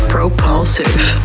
Propulsive